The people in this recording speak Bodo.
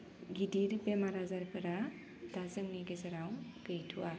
गिदिर बेमार आजारफोरा दा जोंनि गेजेराव गैथ'वा